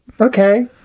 Okay